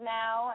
now